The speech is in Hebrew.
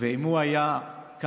אם הוא היה כאן